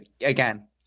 again